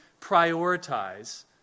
prioritize